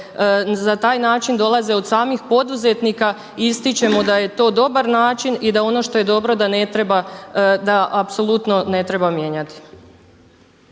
za taj način dolaze od samih poduzetnika i ističemo da je to dobar način i da ono što je dobro da ne treba, da apsolutno ne treba mijenjati.